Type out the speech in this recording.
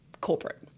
corporate